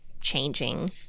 changing